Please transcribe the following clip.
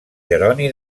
jeroni